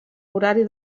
horari